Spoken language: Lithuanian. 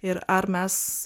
ir ar mes